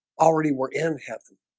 already were in heaven